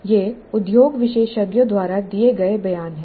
ये उद्योग विशेषज्ञों द्वारा दिए गए बयान हैं